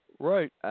Right